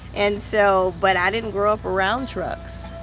and so, but i didn't grow up around trucks.